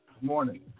morning